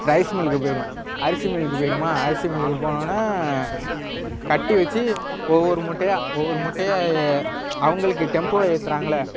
rice மில்லுக்கு போய்விடும் அரிசி மில்லுக்கு போய்விடுமா அரிசி மில்லுக்கு போனோவுன்னா கட்டி வச்சு ஒவ்வொரு மூட்டையாக ஒவ்வொரு மூட்டையாக அவங்களுக்கு டெம்போவில் ஏற்றுறாங்கள்ல